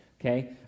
okay